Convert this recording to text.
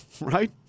right